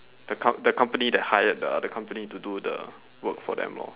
the com~ the company that hired the other company to do the work for them lor